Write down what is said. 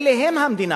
אלה הם המדינה,